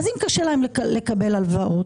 אם קשה להן לקבל הלוואות,